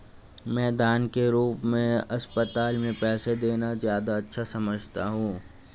मैं दान के रूप में अस्पताल में पैसे देना ज्यादा अच्छा समझता हूँ